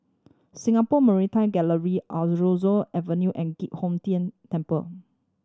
Singapore Maritime Gallery Aroozoo Avenue and Giok Hong Tian Temple